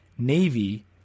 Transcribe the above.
navy